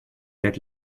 that